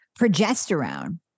Progesterone